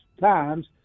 times